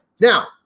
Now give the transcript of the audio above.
now